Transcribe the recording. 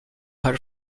her